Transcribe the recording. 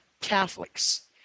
Catholics